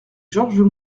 georges